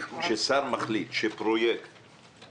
כששר מחליט שלא גונזים פרויקט,